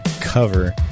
cover